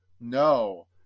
no